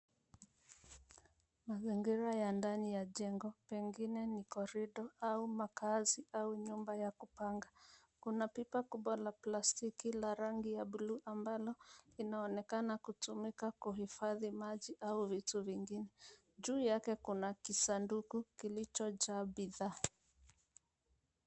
Mazingira ya ndani ya jengo, pengine ni korido au makazi au nyumba ya kupanga. Kuna pipa kubwa la plastiki la rangi ya buluu ambalo linaonekana kutumika kuhifadhi maji au vitu vingine. Juu yake kuna kisanduku kilichojaa bidhaa.